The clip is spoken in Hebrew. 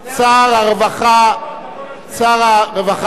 שר הרווחה והעבודה,